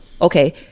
Okay